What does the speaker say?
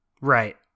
right